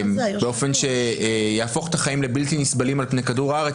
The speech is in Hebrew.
באופן שיהפוך את החיים לבלתי נסבלים על פני כדור הארץ,